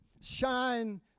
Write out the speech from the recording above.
shine